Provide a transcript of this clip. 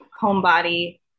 homebody